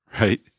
right